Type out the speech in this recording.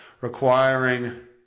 requiring